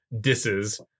disses